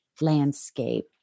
landscape